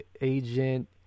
agent